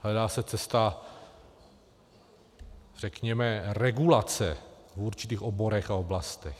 Hledá se cesta, řekněme, regulace v určitých oborech a oblastech.